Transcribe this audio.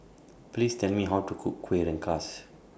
Please Tell Me How to Cook Kueh Rengas